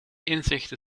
inzichten